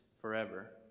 forever